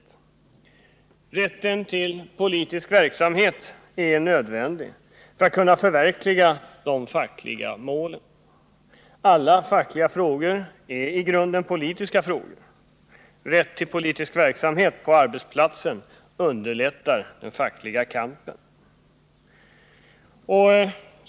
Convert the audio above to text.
Rätten till politisk verksamhet är nödvändig för att man skall kunna förverkliga de fackliga målen. Alla fackliga frågor är i grunden politiska frågor. Rätt till politisk verksamhet på arbetsplatsen underlättar den fackliga kampen.